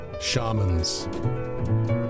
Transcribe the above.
shamans